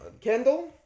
Kendall